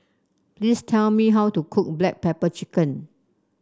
please tell me how to cook Black Pepper Chicken